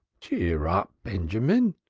cheer up, benjamin,